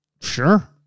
Sure